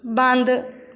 ਬੰਦ